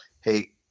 hey